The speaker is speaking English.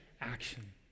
action